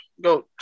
go